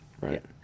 right